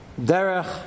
Derech